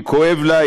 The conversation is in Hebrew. כואב לה,